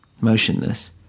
motionless